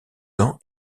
ans